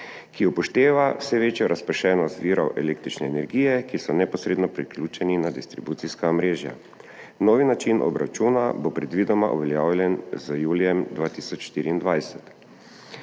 ki upošteva vse večjo razpršenost virov električne energije, ki so neposredno priključeni na distribucijska omrežja. Novi način obračuna bo predvidoma uveljavljen z julijem 2024.